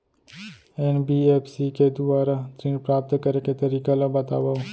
NBFC के दुवारा ऋण प्राप्त करे के तरीका ल बतावव?